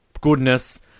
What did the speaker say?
goodness